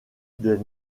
des